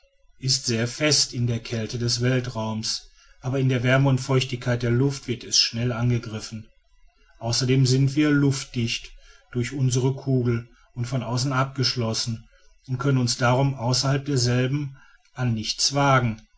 ist sehr fest in der kälte des weltraums aber in der wärme und feuchtigkeit der luft wird es schnell angegriffen außerdem sind wir luftdicht durch unsre kugel von außen abgeschlossen und können uns darum außerhalb derselben an nichts wagen